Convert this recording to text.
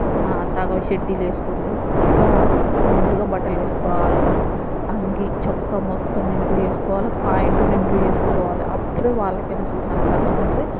సగం చడ్డీలు వేసుకుని తిరుగుకుంటూ గిట్ల కాదు నిండుగా బట్టలు వేసుకోవాలి వాళ్ళు కూడా అంగీ చొక్కా మొత్తం నిండుగా వేసుకోవాలి పాయింటు నిండుగా వేసుకోవాలి అప్పుడే వాళ్ళకు అయినా చూస్తానికి అందంగా ఉంటుంది